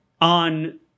on